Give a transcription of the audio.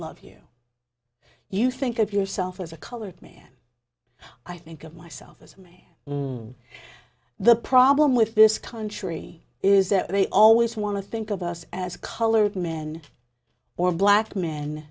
love you you think of yourself as a colored man i think of myself as me the problem with this country is that they always want to think of us as colored men or black men